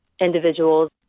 individuals